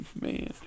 Man